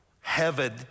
Heaven